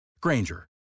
Granger